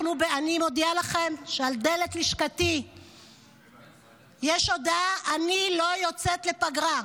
אני מודיעה לכם שעל דלת לשכתי יש הודעה: אני לא יוצאת לפגרה,